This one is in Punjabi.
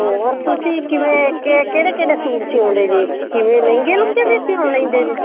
ਹੋਰ ਤੁਸੀਂ ਕਿਵੇਂ ਕਿਹੜੇ ਕਿਹੜੇ ਸੂਟ ਸੀਊਂਦੇ ਜੇ ਕਿਵੇਂ ਲਹਿੰਗੇ ਲਹੁੰਗੇ ਵੀ ਸਿਓ ਦੇ ਲੈਂਦੇ ਜੇ